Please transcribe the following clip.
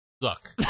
Look